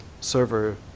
server